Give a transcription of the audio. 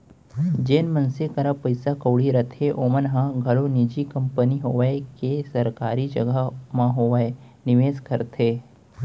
जेन मनसे करा पइसा कउड़ी रथे ओमन ह घलौ निजी कंपनी होवय के सरकारी जघा म होवय निवेस करथे